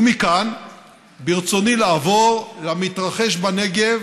ומכאן ברצוני לעבור למתרחש בנגב